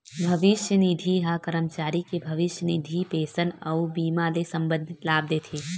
भविस्य निधि ह करमचारी के भविस्य निधि, पेंसन अउ बीमा ले संबंधित लाभ देथे